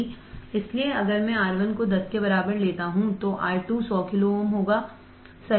इसलिए अगर मैं R1 को 10 के बराबर लेता हूं तो R2 100 kilo ohm होगा